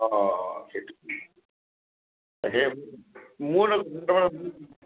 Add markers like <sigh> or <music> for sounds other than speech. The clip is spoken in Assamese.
অ' অ' সেইটো <unintelligible>